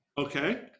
Okay